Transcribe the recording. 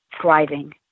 thriving